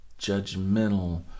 judgmental